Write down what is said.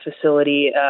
facility